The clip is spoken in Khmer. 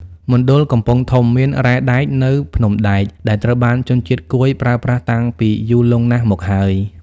មណ្ឌលកំពង់ធំមាន រ៉ែដែក នៅភ្នំដែក ដែលត្រូវបានជនជាតិកួយប្រើប្រាស់តាំងពីយូរលង់ណាស់មកហើយ។